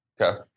Okay